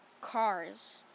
Cars